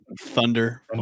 Thunder